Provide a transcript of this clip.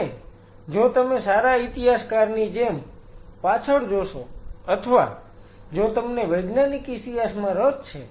અને જો તમે સારા ઈતિહાસકારની જેમ પાછળ જોશો અથવા જો તમને વૈજ્ઞાનિક ઈતિહાસમાં રસ છે